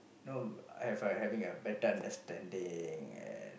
no I have like having a better understanding and